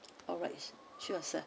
alright sure sir